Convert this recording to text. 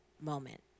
moment